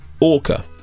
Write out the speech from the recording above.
Orca